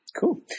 Cool